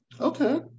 okay